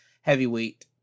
Heavyweight